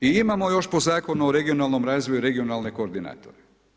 I imamo još po Zakonu o regionalnom razvoju i regionalne koordinatore.